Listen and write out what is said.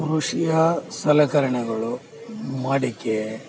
ಕೃಷಿಯ ಸಲಕರಣೆಗಳು ಮಡಿಕೆ